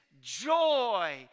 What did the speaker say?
joy